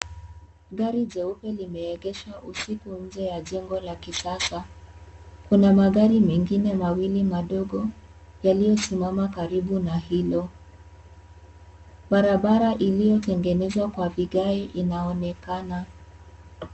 Gari jeupe limeegeshwa usiku nje ya jengo la kisasa. Kuna magari mengine mawili madogo yaliyo simama karibu na hilo. Barabara iliyotengenezwa kwa vigae inaonekana.